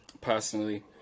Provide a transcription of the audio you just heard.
personally